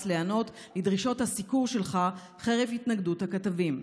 להיענות לדרישות הסיקור שלך חרף התנגדות הכתבים."